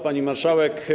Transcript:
Pani Marszałek!